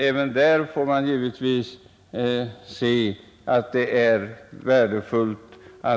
Även det får man givetvis se som någonting värdefullt.